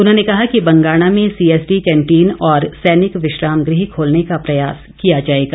उन्होंने कहा कि बंगाणा में सीएसडी कैंटिन और सैनिक विश्राम गृह खोलने का प्रयास किया जाएगा